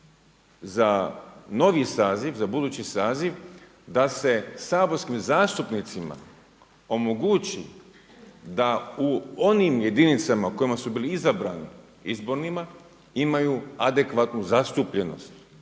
za novi saziv, za budući saziv da se saborskim zastupnicima omogući da u onim jedinicama u kojima su bili izabrani izbornima imaju adekvatnu zastupljenost,